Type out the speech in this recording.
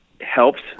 helps